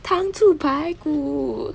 糖醋排骨